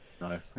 No